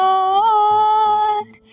Lord